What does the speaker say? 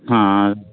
ହଁ